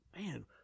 man